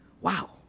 Wow